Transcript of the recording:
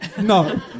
No